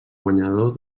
guanyador